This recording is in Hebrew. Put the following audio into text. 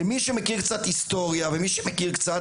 למי שמכיר קצת היסטוריה ומי שמכיר קצת